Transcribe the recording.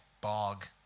Bog